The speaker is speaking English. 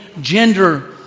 gender